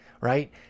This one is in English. right